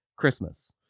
christmas